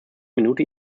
minute